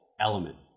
elements